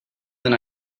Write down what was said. than